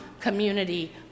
community